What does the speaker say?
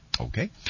Okay